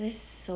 this so